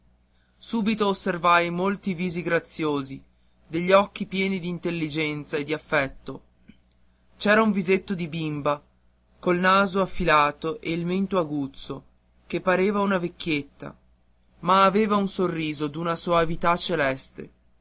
subito osservai molti visi graziosi degli occhi pieni d'intelligenza e di affetto c'era un visetto di bimba col naso affilato e il mento aguzzo che pareva una vecchietta ma aveva un sorriso d'una soavità celeste